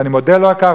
ואני מודה לו על כך.